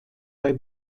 bei